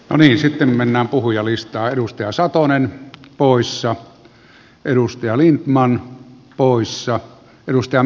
olin sitten mennään puhujalistaa edusti osaa toinen poissa peruste oli man sitä ihmettelen